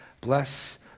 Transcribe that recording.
Bless